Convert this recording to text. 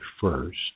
first